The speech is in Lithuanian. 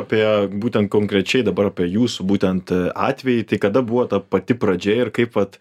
apie būtent konkrečiai dabar apie jūsų būtent atvejį kada buvo ta pati pradžia ir kaip vat